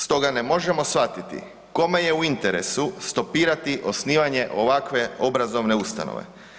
Stoga ne može shvatiti kome je u interesu stopirati osnivanje ovakve obrazovne ustanove.